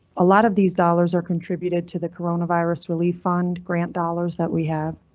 ah lot of these dollars are contributed to the coronavirus relief fund grant dollars that we have.